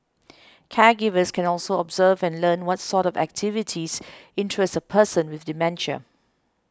caregivers can also observe and learn what sort of activities interest a person with dementia